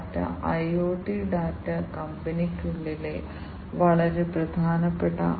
ഏത് സെൻസറിന്റെയും കാലിബ്രേഷൻ വളരെ പ്രധാനമാണ്